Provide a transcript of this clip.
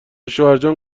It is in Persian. شوهرجان